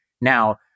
now